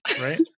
right